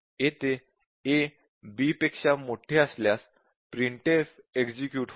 येथे a b पेक्षा मोठे असल्यास printf एक्झिक्युट होईल